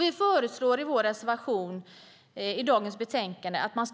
Vi föreslår i vår reservation i betänkandet att